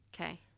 okay